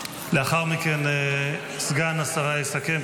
לאחר מכן סגן השרה יסכם,